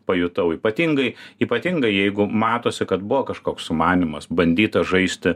pajutau ypatingai ypatingai jeigu matosi kad buvo kažkoks sumanymas bandyta žaisti